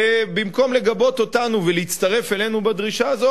ובמקום לגבות אותנו ולהצטרף אלינו בדרישה הזאת,